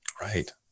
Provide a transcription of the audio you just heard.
Right